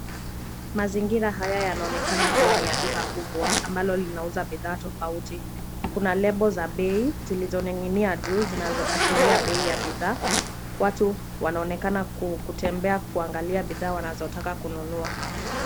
Mazingira yanaonekana kuwa ni ya duka kubwa ambalo linauza bidhaa tofauti. Kuna lebo za bei zilizoning'inia juu zinazoashiria bei ya bidhaa. Watu wanaoenekana kutembea kuangalia bidhaa wanazotaka kununua.